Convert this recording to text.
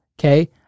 okay